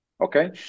Okay